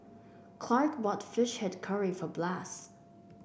Clark bought fish head curry for Blas